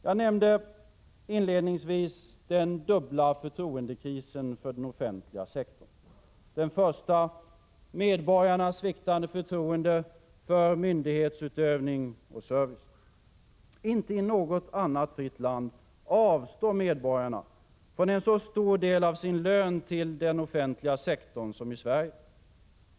Jag nämnde inledningsvis den dubbla förtroendekrisen för den offentliga sektorn. Den första krisen är medborgarnas sviktande förtroende för myndighetsutövning och service. Inte i något annat fritt land avstår medborgarna från en så stor del av sin lön till den offentliga sektorn som i Sverige.